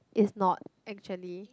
it's not actually